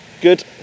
good